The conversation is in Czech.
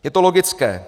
Je to logické.